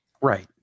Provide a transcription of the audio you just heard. Right